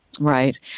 Right